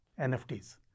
NFTs